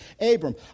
Abram